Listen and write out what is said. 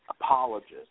apologist